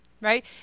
right